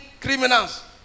criminals